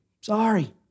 sorry